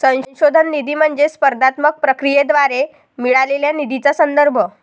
संशोधन निधी म्हणजे स्पर्धात्मक प्रक्रियेद्वारे मिळालेल्या निधीचा संदर्भ